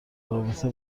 رابطه